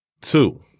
Two-